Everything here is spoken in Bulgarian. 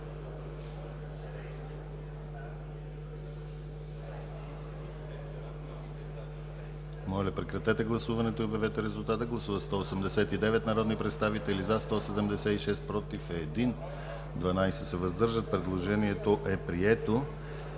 Предложението е прието.